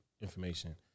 information